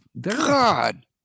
God